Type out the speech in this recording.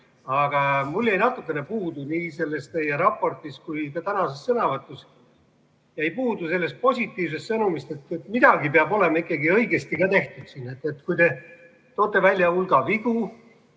Aga mulle jäi natuke puudu nii selles teie raportis kui ka tänases sõnavõtus sellest positiivsest sõnumist, et midagi peab olema ikkagi õigesti ka tehtud. Te toote välja hulga vigu,